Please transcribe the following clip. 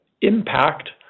impact